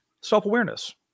self-awareness